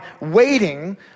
waiting